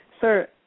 sir